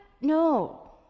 no